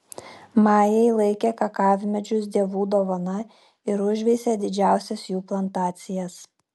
majai laikė kakavmedžius dievų dovana ir užveisė didžiausias jų plantacijas